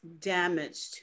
damaged